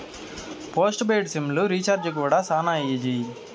post paid sim లు రీచార్జీ కూడా శానా ఈజీ